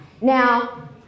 Now